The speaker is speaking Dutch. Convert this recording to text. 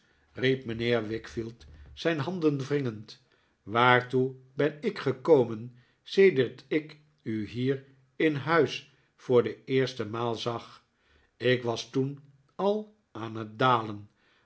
riep mijnheer wickfield zijn handen wringend waartoe ben ik gekomen sedert ik u hier in huis voor de eerste maal zag ik was toen al aan het dalen